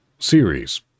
series